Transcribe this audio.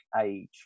age